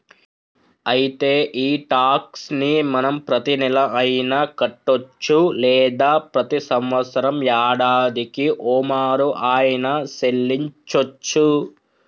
అయితే ఈ టాక్స్ ని మనం ప్రతీనెల అయిన కట్టొచ్చు లేదా ప్రతి సంవత్సరం యాడాదికి ఓమారు ఆయిన సెల్లించోచ్చు